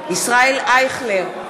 ישראל אייכלר,